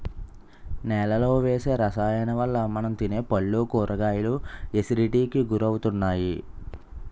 నేలలో వేసే రసాయనాలవల్ల మనం తినే పళ్ళు, కూరగాయలు ఎసిడిటీకి గురవుతున్నాయి